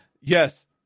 yes